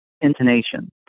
intonation